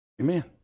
Amen